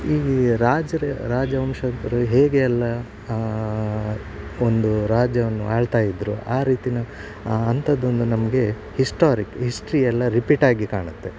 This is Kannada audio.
ಈ ರಾಜರ ರಾಜ ವಂಶದವ್ರ ಹೇಗೆ ಎಲ್ಲ ಒಂದು ರಾಜ್ಯವನ್ನು ಆಳ್ತಾಯಿದ್ದರು ಆ ರೀತಿನ ಅಂಥದ್ದೊಂದು ನಮಗೆ ಹಿಸ್ಟೋರಿಕ್ ಹಿಸ್ಟ್ರಿ ಎಲ್ಲ ರಿಪೀಟ್ ಆಗಿ ಕಾಣುತ್ತೆ